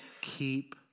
keep